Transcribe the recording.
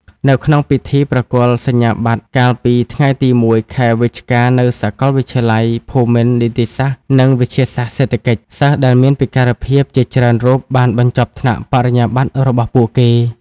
នៅក្នុងពិធីប្រគល់សញ្ញាបត្រកាលពីថ្ងៃទី ១ ខែវិច្ឆិកានៅសាកលវិទ្យាល័យភូមិន្ទនីតិសាស្ត្រនិងវិទ្យាសាស្ត្រសេដ្ឋកិច្ច សិស្សដែលមានពិការភាពជាច្រើនរូបបានបញ្ចប់ថ្នាក់បរិញ្ញាបត្ររបស់ពួកគេ។